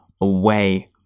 away